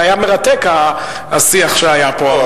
זה היה מרתק השיח שהיה פה.